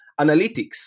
Analytics